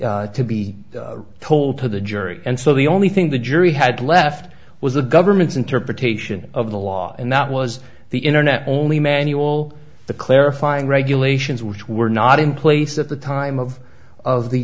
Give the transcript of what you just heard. r to be told to the jury and so the only thing the jury had left was the government's interpretation of the law and that was the internet only manual the clarifying regulations which were not in place at the time of of the